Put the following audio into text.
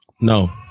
No